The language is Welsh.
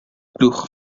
blwch